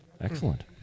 Excellent